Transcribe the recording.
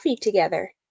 together